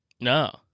No